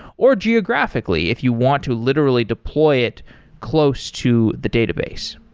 or geographically, if you want to literally deploy it close to the database.